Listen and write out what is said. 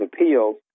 Appeals